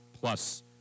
plus